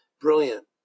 brilliant